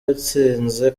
yatsinze